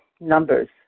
Numbers